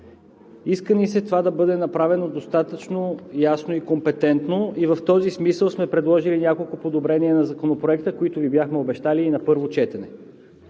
Иска ми се това да бъде направено достатъчно ясно и компетентно и в този смисъл сме предложили няколко подобрения на Законопроекта, които Ви бяхме обещали, на първо четене.